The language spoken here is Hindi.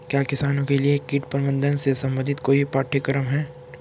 क्या किसानों के लिए कीट प्रबंधन से संबंधित कोई पाठ्यक्रम है?